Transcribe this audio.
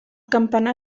campanar